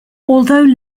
although